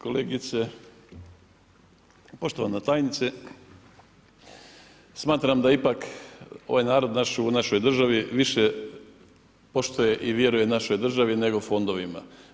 Kolegice, poštovana tajnice, smatram da ipak ovaj narod u našoj državi više poštuje i vjeruje našoj državi nego fondovima.